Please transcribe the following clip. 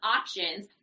options